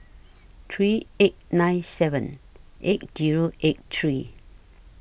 three eight nine seven eight Zero eight three